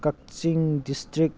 Kakching district